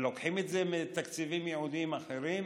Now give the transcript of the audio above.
ולוקחים את זה מתקציבים ייעודיים אחרים,